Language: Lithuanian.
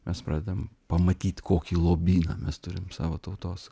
mes pradedam pamatyt kokį lobyną mes turim savo tautos